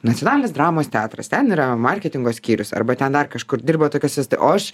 nacionalinis dramos teatras ten yra marketingo skyrius arba ten dar kažkur dirba tokia sistema o aš